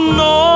no